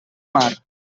mar